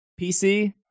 PC